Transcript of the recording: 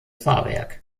fahrwerk